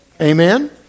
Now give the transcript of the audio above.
Amen